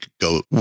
go